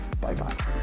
Bye-bye